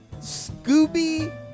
Scooby